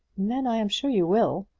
then i am sure you will.